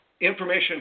information